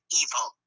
evil